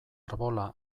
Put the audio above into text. arbola